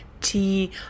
tea